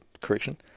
correction